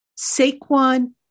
Saquon